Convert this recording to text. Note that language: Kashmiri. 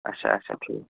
اَچھا اَچھا ٹھیٖک